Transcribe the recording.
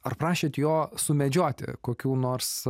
ar prašėt jo sumedžioti kokių nors